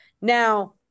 now